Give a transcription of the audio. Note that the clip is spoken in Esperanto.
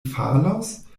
falos